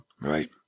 Right